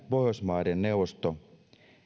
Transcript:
pohjoismaiden neuvosto